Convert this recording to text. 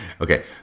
Okay